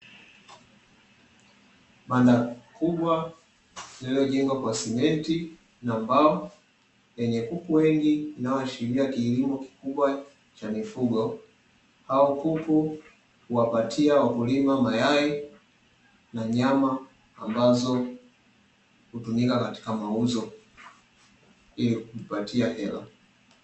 Banda kubwa lililojengwa kwa simenti na mbao lenye kuku wengi linaloashiria kilimo kikubwa cha mifugo. Hao kuku huwapatia wakulima mayai na nyama, ambazo hutumika katika mauzo ili kujipatia hela.